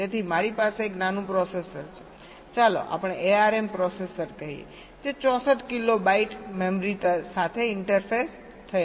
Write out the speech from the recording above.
તેથી મારી પાસે એક નાનું પ્રોસેસર છે ચાલો આપણે ARM પ્રોસેસર કહીએ જે 64 કિલો બાઇટ મેમરી સાથે ઇન્ટરફેસ થયેલ છે